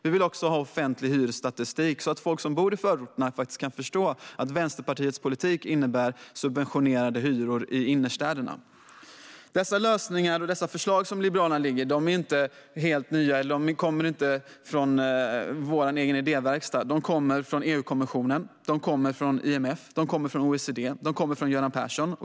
Vi vill också ha offentlig hyresstatistik, så att folk som bor i förorterna faktiskt kan förstå att Vänsterpartiets politik innebär subventionerade hyror i innerstäderna. Dessa lösningar och dessa förslag som Liberalerna lägger fram är inte helt nya och kommer inte från vår egen idéverkstad. De kommer från EU-kommissionen. De kommer från IMF. De kommer från OECD. De kommer från Göran Persson.